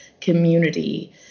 community